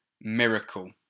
miracle